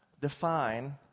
Define